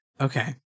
Okay